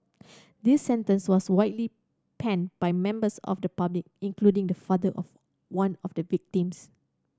this sentence was widely panned by members of the public including the father of one of the victims